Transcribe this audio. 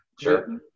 Sure